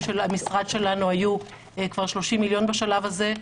של המשרד שלנו היו כבר 30 מיליון שקלים בשלב הזה.